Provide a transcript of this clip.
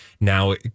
now